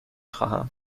خواهم